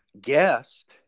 guest